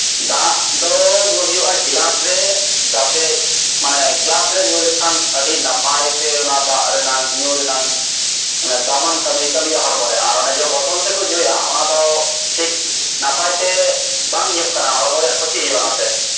ᱫᱟᱜ ᱫᱚ ᱧᱩᱭ ᱦᱳᱭᱳᱜᱼᱟ ᱜᱞᱟᱥ ᱨᱮ ᱡᱟᱛᱮ ᱢᱟᱱᱮ ᱜᱞᱟᱥ ᱨᱮ ᱧᱩᱞᱮᱠᱷᱟᱱ ᱟᱹᱰᱤ ᱱᱟᱯᱟᱭ ᱥᱮ ᱚᱱᱟ ᱫᱟᱜ ᱨᱮᱱᱟᱜ ᱧᱩᱨᱮᱱᱟᱜ ᱚᱱᱮ ᱫᱟᱢᱟᱱ ᱠᱟᱹᱢᱤᱭ ᱠᱟᱹᱢᱤᱭᱟ ᱦᱚᱲᱢᱚᱨᱮ ᱟᱨ ᱚᱱᱮᱡᱮ ᱵᱳᱛᱳᱞ ᱛᱮᱠᱚ ᱧᱩᱭᱟ ᱚᱱᱟᱫᱚ ᱴᱷᱤᱠ ᱱᱟᱯᱟᱭ ᱛᱮ ᱵᱟᱝᱧᱩᱜ ᱠᱟᱱᱟ ᱦᱚᱲᱢᱚ ᱨᱮᱱᱟᱜ ᱠᱷᱚᱛᱤ ᱦᱳᱭᱳᱜᱼᱟ ᱱᱟᱶᱟᱛᱮ